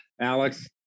Alex